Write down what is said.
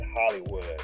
Hollywood